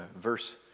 verse